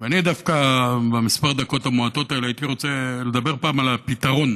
אני דווקא בכמה הדקות המועטות האלה הייתי רוצה לדבר פעם על הפתרון